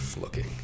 looking